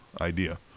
idea